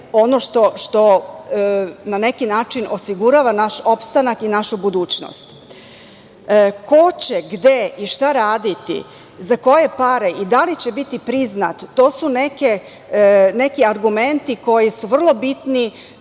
ono što na neki način osigurava naš opstanak i našu budućnost. Ko će gde i šta raditi, za koje pare i da li će biti priznat, to su neki argumenti koji su vrlo bitni